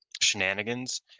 shenanigans